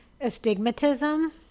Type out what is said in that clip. astigmatism